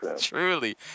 Truly